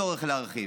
אין צורך להרחיב.